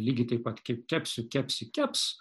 lygiai taip pat kaip kepsiu kepsi keps